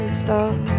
stop